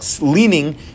Leaning